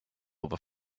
over